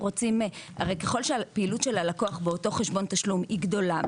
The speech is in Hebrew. הרי ככל שהפעילות של הלקוח באותו חשבון תשלום היא גדולה,